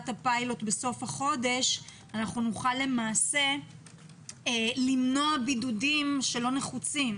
הפיילוט בסוף החודש אנחנו למעשה נוכל למנוע בידודים שלא נחוצים.